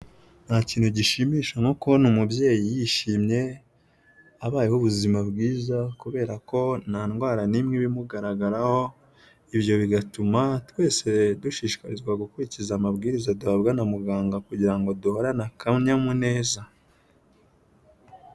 Nta kintu gishimisha nko kubona umubyeyi yishimye abayeho ubuzima bwiza kubera ko nta ndwara n'imwe imugaragaraho ibyo bigatuma twese dushishikarizwa gukurikiza amabwiriza duhabwa na muganga kugira ngo duhorane akanyamuneza.